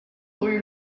rue